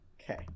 okay